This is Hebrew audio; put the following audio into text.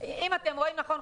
אם אתם רואים נכון,